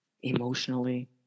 emotionally